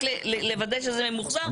רק לוודא שזה מוחזר.